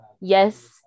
yes